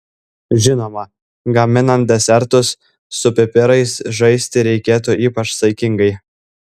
žinoma gaminant desertus su pipirais žaisti reikėtų ypač saikingai